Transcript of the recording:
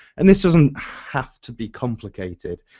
and this doesn't have to be complicated.